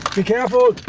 be careful.